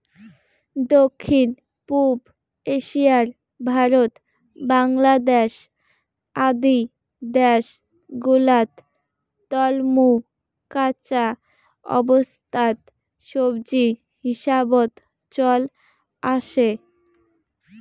দক্ষিণ পুব এশিয়ার ভারত, বাংলাদ্যাশ আদি দ্যাশ গুলাত তলমু কাঁচা অবস্থাত সবজি হিসাবত চল আসে